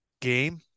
game